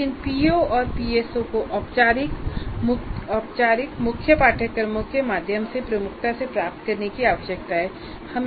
लेकिन पीओ और पीएसओ को औपचारिक मुख्य पाठ्यक्रमों के माध्यम से प्रमुखता से प्राप्त करने की आवश्यकता है